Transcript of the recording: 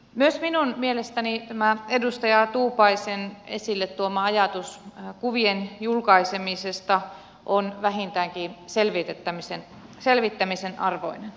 myös minun mielestäni tämä edustaja tuupaisen esille tuoma ajatus kuvien julkaisemisesta on vähintäänkin selvittämisen arvoinen